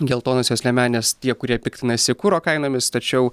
geltonosios liemenės tie kurie piktinasi kuro kainomis tačiau